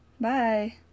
Bye